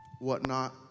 whatnot